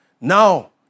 Now